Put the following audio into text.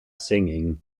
singing